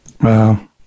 Wow